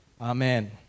amen